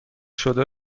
شده